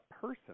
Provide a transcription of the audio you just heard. person